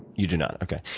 you do not. okay.